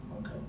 okay